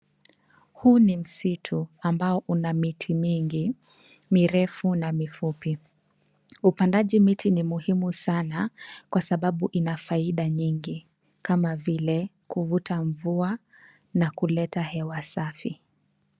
Huu ni msitu ambao una miti mingi mirefu na mifupi, upandaji miti ni muhimu sana kwa sababu ina faida nyingi kama vile kuvuta mvua na kuleta hewa safi.